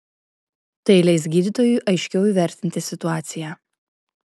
tai leis gydytojui aiškiau įvertinti situaciją